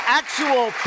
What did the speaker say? actual